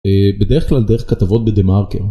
בדרך כלל דרך כתבות בדמארקר